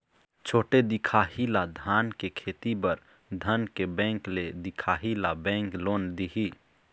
छोटे दिखाही ला धान के खेती बर धन बैंक ले दिखाही ला बैंक लोन दिही?